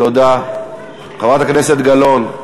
חברת הכנסת גלאון,